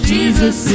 Jesus